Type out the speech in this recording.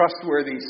trustworthy